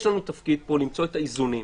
יש לנו תפקיד למצוא את האיזונים.